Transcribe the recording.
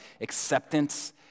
acceptance